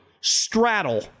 straddle